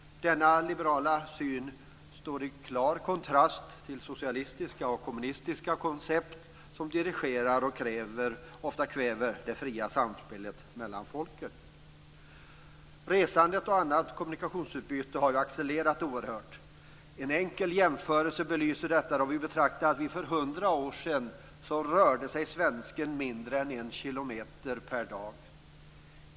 Denna liberala syn står i klar kontrast till socialistiska och kommunistiska koncept som dirigerar och kväver det fria samspelet mellan folken. Resandet och annat kommunikationsutbyte har ju accelererat oerhört. En enkel jämförelse belyser detta då vi beaktar att för 100 år sedan rörde sig svensken mindre än en kilometer per dag.